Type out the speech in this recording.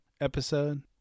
episode